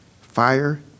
fire